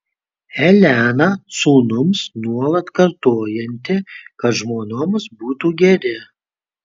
elena sūnums nuolat kartojanti kad žmonoms būtų geri